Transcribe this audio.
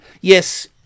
yes